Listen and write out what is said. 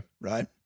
Right